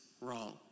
wrong